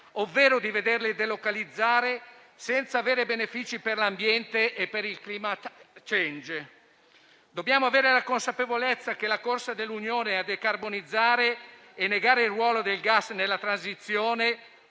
ovvero di vederle delocalizzare senza avere benefici per l'ambiente e per il *climate change.* Dobbiamo avere la consapevolezza che la corsa dell'Unione a decarbonizzare e negare il ruolo del gas nella transizione,